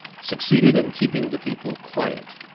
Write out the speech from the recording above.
succeeded in keeping the people quiet.